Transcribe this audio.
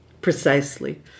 Precisely